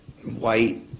white